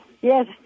Yes